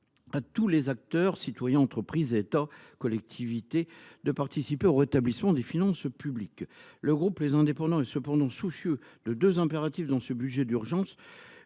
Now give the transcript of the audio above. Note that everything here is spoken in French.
à tous les acteurs, citoyens, entreprises, État et collectivités, de participer au rétablissement des finances publiques. Le groupe Les Indépendants veille attentivement au respect, dans ce budget d’urgence,